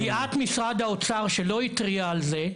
בידיעת משרד האוצר שלא התריע על זה,